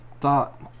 thought